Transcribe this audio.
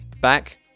Back